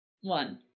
one